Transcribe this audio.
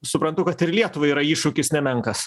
suprantu kad ir lietuvai yra iššūkis nemenkas